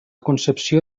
concepció